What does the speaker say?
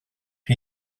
chi